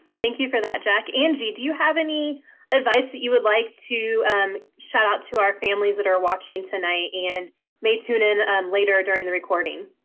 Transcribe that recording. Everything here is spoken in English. thank you for that, jack. angie, do you have any advice that you would like to shout out to our families that are watching tonight and may tune in later during the recording?